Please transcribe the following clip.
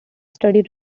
studied